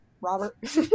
Robert